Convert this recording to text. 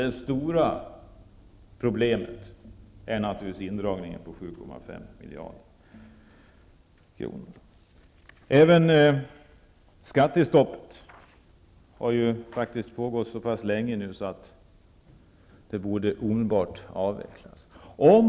Det stora problemet är naturligtvis indragningen på 7,5 Skattestoppet har nu funnits så länge att det omedelbart borde avvecklas.